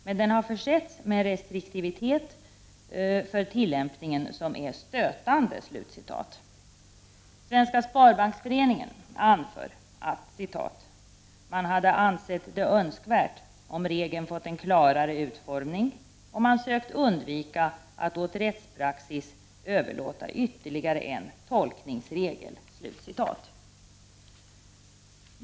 Men den har försetts med en restriktivitet för tillämpningen som är stötande.” Svenska sparbanksföreningen anför ”att man hade ansett det önskvärt om regeln fått en klarare utformning och att man sökt undvika att åt rättspraxis överlåta ytterligare en tolkningsregel”.